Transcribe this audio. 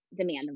demand